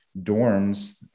dorms